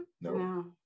no